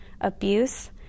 abuse